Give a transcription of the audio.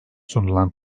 sunulan